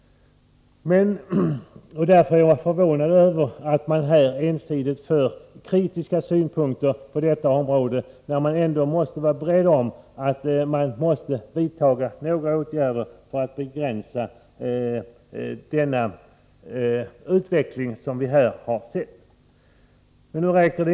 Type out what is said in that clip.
Jag är förvånad över att man när det gäller dessa frågor ensidigt framför kritiska synpunkter, när det ändå står klart att åtgärder måste vidtas för att begränsa den utveckling som vi har kunnat konstatera.